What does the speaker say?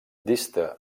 dista